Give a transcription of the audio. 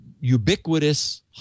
ubiquitous